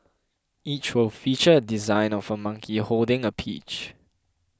each will feature a design of a monkey holding a peach